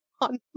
on